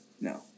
No